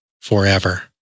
forever